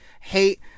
hate